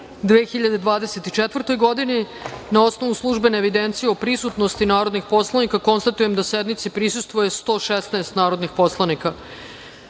2024. godini. Na osnovu službene evidencije o prisutnosti narodnih poslanika, konstatujem da sednici prisustvuje 116 narodnih poslanika. Podsećam